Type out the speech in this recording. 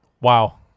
Wow